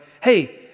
hey